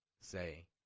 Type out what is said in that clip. say